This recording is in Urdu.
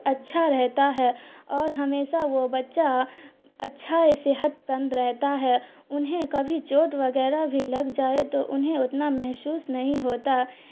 اچھا رہتا ہے اور ہمیشہ وہ بچہ اچھا صحت مند رہتا ہے انہیں کبھی چوٹ وغیرہ بھی لگ جائے تو انہیں اتنا محسوس نہیں ہوتا